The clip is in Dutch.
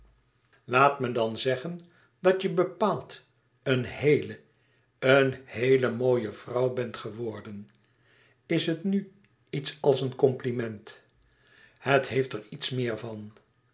laat me dan zeggen dat je bepaald een heéle een heéle mooie vrouw bent geworden is het nu iets als een compliment het heeft er iets meer van